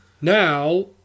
Now